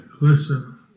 listen